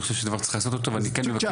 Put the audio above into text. אני חושב שזה דבר שצריך לעשות אותו ואני מבקש